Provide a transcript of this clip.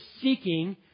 seeking